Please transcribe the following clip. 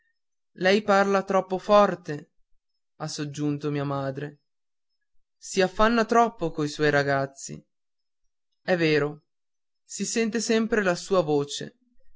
lei parla troppo forte ha soggiunto mia madre si affanna troppo coi suoi ragazzi è vero si sente sempre la sua voce